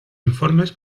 informes